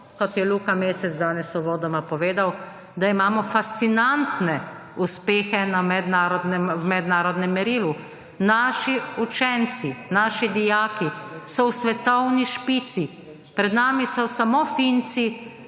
kot je Luka Mesec danes uvodoma povedal, da imamo fascinantne uspehe na mednarodnem merilu, naši učenci, naši dijaki so v svetovni špici. Pred nami so samo Finci,